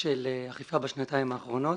של אכיפה בשנתיים האחרונות,